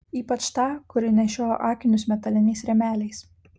ypač tą kuri nešiojo akinius metaliniais rėmeliais